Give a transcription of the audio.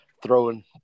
Throwing